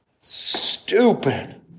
stupid